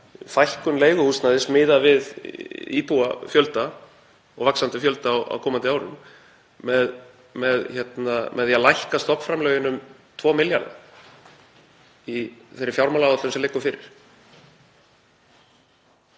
fækkun leiguhúsnæðis miðað við íbúafjölda og vaxandi fjölda á komandi árum með því að lækka stofnframlögin um 2 milljarða í þeirri fjármálaáætlun sem liggur fyrir.